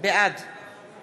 בעד